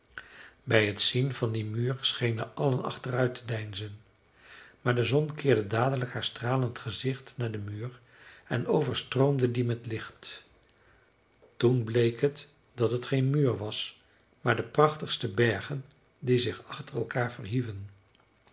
bij het zien van dien muur schenen allen achteruit te deinzen maar de zon keerde dadelijk haar stralend gezicht naar den muur en overstroomde dien met licht toen bleek het dat het geen muur was maar de prachtigste bergen die zich achter elkaar verhieven